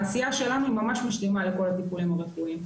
העשייה שלנו היא ממש משלימה לכל הטיפולים הרפואיים.